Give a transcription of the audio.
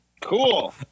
Cool